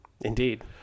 Indeed